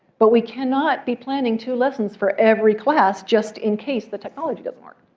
but we cannot be planning two lessons for every class just in case the technology doesn't work.